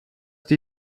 die